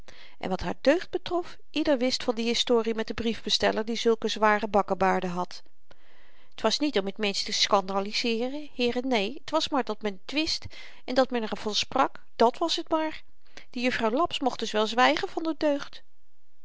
en wat haar deugd betrof ieder wist van die historie met den briefbesteller die zulke zware bakkebaarden had t was niet om t mensch te skandeliseren heere neen t was maar dat men t wist en dat men er van sprak dàt was t maar die juffrouw laps mocht dus wel zwygen van r deugd